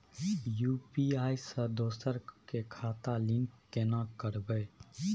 UPI से दोसर के खाता लिंक केना करबे?